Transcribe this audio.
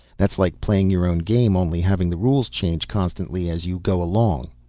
that's like playing your own game, only having the rules change constantly as you go along.